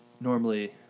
Normally